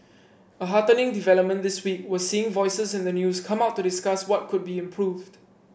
a heartening development this week was seeing voices in the news come out to discuss what could be improved